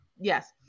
yes